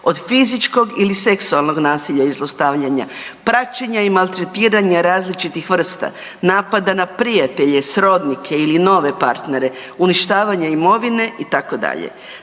Od fizičkog ili seksualnog nasilja i zlostavljanja, praćenja i maltretiranja različitih vrsta, napada na prijatelje, srodnike ili nove partnere, uništavanje imovine itd.